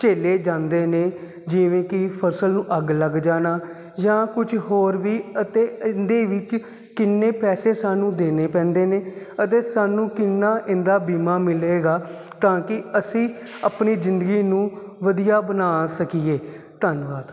ਝੇਲੇ ਜਾਂਦੇ ਨੇ ਜਿਵੇਂ ਕਿ ਫਸਲ ਨੂੰ ਅੱਗ ਲੱਗ ਜਾਣਾ ਜਾਂ ਕੁਝ ਹੋਰ ਵੀ ਅਤੇ ਇਹਦੇ ਵਿੱਚ ਕਿੰਨੇ ਪੈਸੇ ਸਾਨੂੰ ਦੇਣੇ ਪੈਂਦੇ ਨੇ ਅਤੇ ਸਾਨੂੰ ਕਿੰਨਾ ਇਹਦਾ ਬੀਮਾ ਮਿਲੇਗਾ ਤਾਂ ਕਿ ਅਸੀਂ ਆਪਣੀ ਜ਼ਿੰਦਗੀ ਨੂੰ ਵਧੀਆ ਬਣਾ ਸਕੀਏ ਧੰਨਵਾਦ